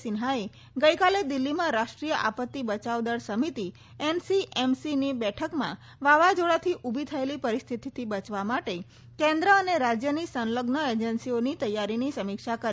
સિન્હાએ ગઈકાલે દિલ્હીમાં રાષ્ટ્રીય આપત્તિ બચાવ દળ સમિતિ એનસીએમસીની બેઠકમાં વાવાઝોડાથી ઉભી થયેલી પરિસ્થિતિથી બચવ માટે કેન્દ્ર અને રાજ્યની સંલગ્ન એજન્સીઓની તેયારીની સમીક્ષા કરી